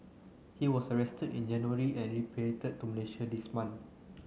he was arrested in January and repatriated to Malaysia this month